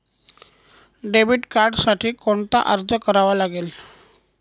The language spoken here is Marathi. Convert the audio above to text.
डेबिट कार्डसाठी कोणता अर्ज करावा लागेल?